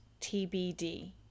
TBD